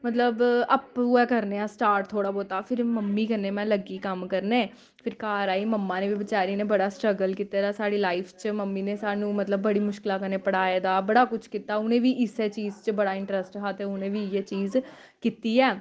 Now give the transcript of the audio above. मतलब आपूं गै करने आं स्टार्ट थोह्ड़ा बोह्ता फिर मम्मी कन्नै में लग्गी कम्म करने फिर घर आई मम्मा ने बी बेचैरी ने बड़ा स्ट्रगल कीते दा साढ़ी लाइफ च मम्मी ने सानूं मतलब बड़ी मुश्कला कन्नै पढ़ाए दा बड़ा कुछ कीता उ'नें बी इस्सै चीज़ च बड़ा इंटरस्ट हा ते उ'नें बी इ'यै चीज़ कीती ऐ